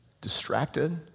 distracted